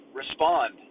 respond